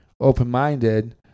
open-minded